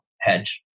hedge